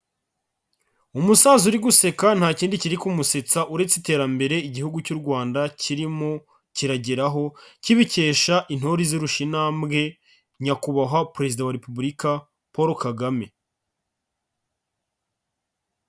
Umusaza uri guseka nta kindi kiri kumusetsa uretse iterambere Igihugu cy'u Rwanda kirimo kirageraho kibikesha Intore izirusha intambwe, Nyakubahwa Perezida wa Repubulika Paul Kagame.